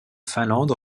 finlande